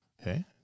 okay